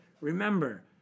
Remember